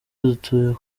dutuye